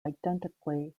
identically